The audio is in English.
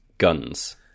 Guns